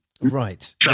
Right